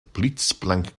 blitzblank